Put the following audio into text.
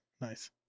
nice